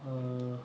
err